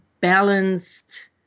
balanced